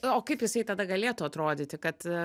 o kaip jisai tada galėtų atrodyti kad